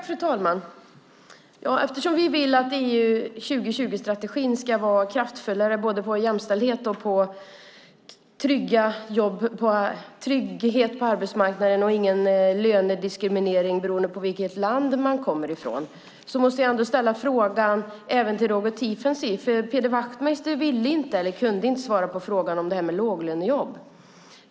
Fru talman! Vi vill att EU 2020-strategin ska vara kraftfullare vad gäller både jämställdhet och trygghet på arbetsmarknaden och att det inte ska vara någon lönediskriminering beroende på vilket land man kommer ifrån. Därför måste jag ställa frågan även till Roger Tiefensee - för Peder Wachtmeister ville inte eller kunde inte svara - om låglönejobb.